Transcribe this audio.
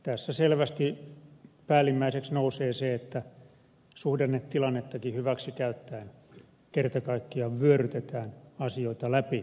tässä selvästi päällimmäiseksi nousee se että suhdannetilannettakin hyväksi käyttäen kerta kaikkiaan vyörytetään asioita läpi